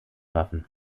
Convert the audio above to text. waffen